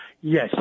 Yes